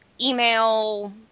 email